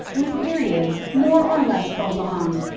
with periods, more or less prolonged,